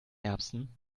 erbsen